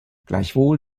gleichwohl